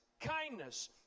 kindness